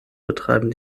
betreiben